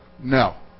No